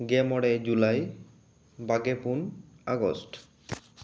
ᱜᱮ ᱢᱚᱬᱮ ᱡᱩᱞᱟᱭ ᱵᱟᱜᱮ ᱯᱩᱱ ᱟᱜᱚᱥᱴ